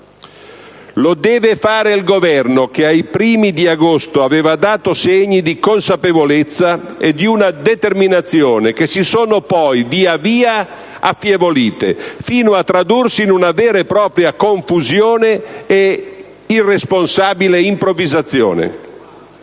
Lo deve fare il Governo che ai primi di agosto aveva dato segni di una consapevolezza e di una determinazione che si sono poi, via via, affievolite, fino a tradursi in una vera e propria confusione e irresponsabile improvvisazione.